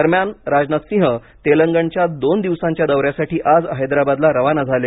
दरम्यान राजनाथ सिंह तेलंगणच्या दोन दिवसांच्या दौऱ्यासाठी आज हैदराबादला रवाना झाले